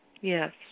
Yes